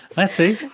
i see.